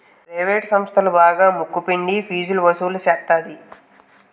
private సంస్థలు బాగా ముక్కు పిండి ఫీజు వసులు సేత్తది